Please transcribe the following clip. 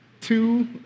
two